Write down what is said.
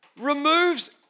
removes